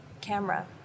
camera